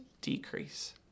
decrease